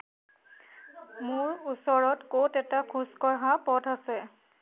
মোৰ ওচৰত ক'ত এটা খোজকঢ়া পথ আছে